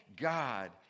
God